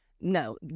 no